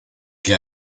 que